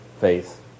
faith